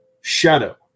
shadow